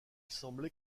semblait